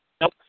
Nope